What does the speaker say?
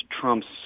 Trump's